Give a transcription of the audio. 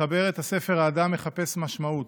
מחבר הספר "האדם מחפש משמעות",